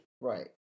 Right